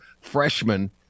freshman